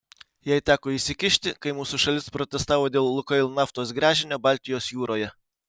jai teko įsikišti kai mūsų šalis protestavo dėl lukoil naftos gręžinio baltijos jūroje